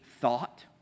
thought